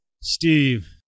Steve